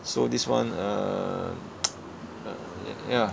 so this one err ya